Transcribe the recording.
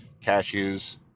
cashews